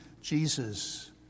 Jesus